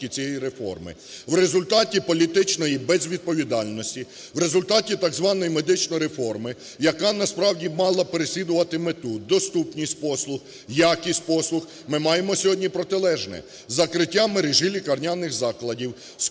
В результаті політичної безвідповідальності, в результаті так званої медичної реформи, яка, насправді, мала б переслідувати мету – доступність послуг, якість послуг – ми маємо сьогодні протилежне: закриття мережі лікарняних закладів, скорочення